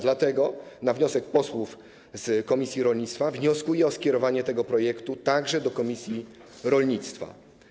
Dlatego na wniosek posłów z komisji rolnictwa wnioskuję o skierowanie tego projektu także do komisji rolnictwa.